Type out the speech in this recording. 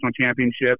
championships